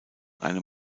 einem